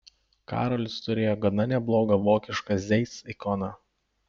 karolis turėjo gana neblogą vokišką zeiss ikoną